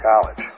college